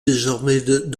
désormais